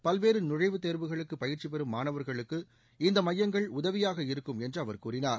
பல்வேறு நுழைவுத் தேர்வுகளுக்கு பயிற்சி பெறும் மாணவர்களுக்கு இந்த மையங்கள் உதவியாக இருக்கும் என்று அவர் கூறினார்